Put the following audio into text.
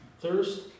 thirst